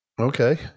Okay